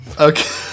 Okay